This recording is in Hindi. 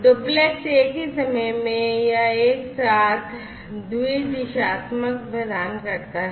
डुप्लेक्स एक ही समय में या एक साथ द्वि दिशात्मक प्रदान करता है